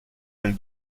and